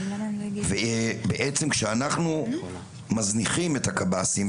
ובעצם כשאנחנו מזניחים את הקב"סים,